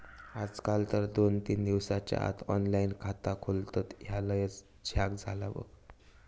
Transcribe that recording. आजकाल तर दोन तीन दिसाच्या आत ऑनलाइन खाता खोलतत, ह्या लयच झ्याक झाला बघ